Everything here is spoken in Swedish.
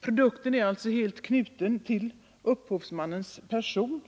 Produkten är helt knuten till upphovsmannens person.